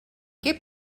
què